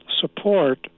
support